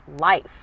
life